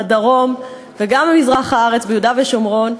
לדרום וגם למזרח הארץ ביהודה ושומרון,